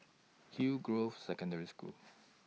Hillgrove Secondary School